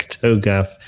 TOGAF